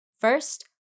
First